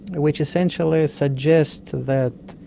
which essentially suggests that,